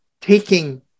taking